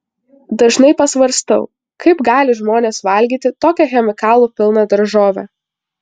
dažnai pasvarstau kaip gali žmonės valgyti tokią chemikalų pilną daržovę